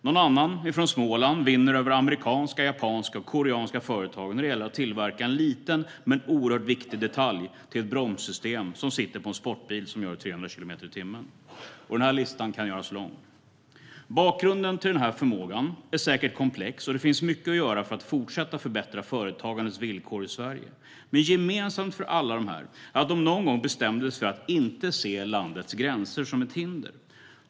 Någon annan, från Småland, vinner över amerikanska, japanska och koreanska företag när det gäller att tillverka en liten, men oerhört viktig, detalj till ett bromssystem som sitter på en sportbil som gör 300 kilometer i timmen. Listan kan göras lång. Bakgrunden till denna förmåga är säkert komplex, och det finns mycket att göra för att fortsätta förbättra företagandets villkor i Sverige. Men gemensamt för alla dessa människor är att de någon gång bestämde sig för att inte se landets gränser som ett hinder.